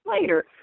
later